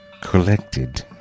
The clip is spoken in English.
collected